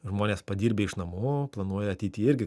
žmonės padirbę iš namų planuoja ateity irgi